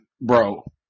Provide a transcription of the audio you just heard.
bro